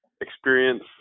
experience